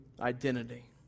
identity